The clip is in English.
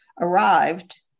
arrived